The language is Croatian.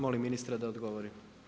Molim ministra da odgovori.